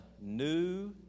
new